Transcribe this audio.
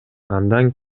андан